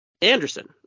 Anderson